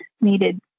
needed